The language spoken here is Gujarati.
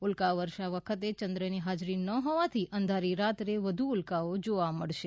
ઉલ્કા વર્ષા વખતે ચન્દ્રની હાજરી ન હોવાથી અંધારી રાત્રે વધુ ઉલ્કાઓ જોવા મળશે